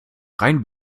rein